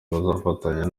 bazafatanya